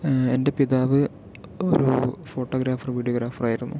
എൻ്റെ പിതാവ് ഒരു ഫോട്ടോഗ്രാഫർ വീഡിയോഗ്രാഫെർ ആയിരുന്നു